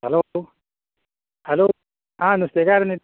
hello hello आं नुस्तेकार न्ही